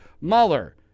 Mueller